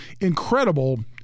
incredible